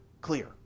clear